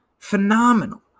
Phenomenal